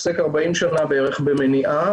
עוסק 40 שנה בערך במניעה.